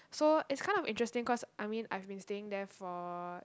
so it's kind of interesting cause I mean I've been staying there for